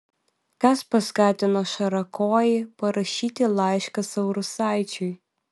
kas paskatino šarakojį parašyti laišką saurusaičiui